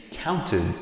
Counted